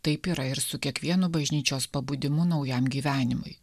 taip yra ir su kiekvienu bažnyčios pabudimu naujam gyvenimui